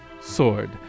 sword